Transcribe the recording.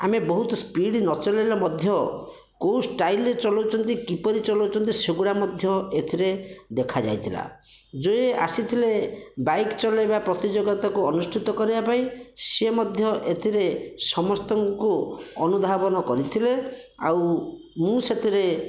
ଆମେ ବହୁତ ସ୍ପିଡ଼ ନଚଳେଇଲେ ମଧ୍ୟ କେଉଁ ଷ୍ଟାଇଲରେ ଚଲଉଛନ୍ତି କିପରି ଚଲଉଛନ୍ତି ସେଗୁଡ଼ା ମଧ୍ୟ ଏଥିରେ ଦେଖାଯାଇଥିଲା ଯେ ଆସିଥିଲେ ବାଇକ ଚଲେଇବା ପ୍ରତିଯୋଗିତାକୁ ଅନୁଷ୍ଠିତ କରିବା ପାଇଁ ସେ ମଧ୍ୟ ଏଥିରେ ସମସ୍ତଙ୍କୁ ଅନୁଧାବନ କରିଥିଲେ ଆଉ ମୁଁ ସେଥିରେ